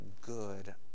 good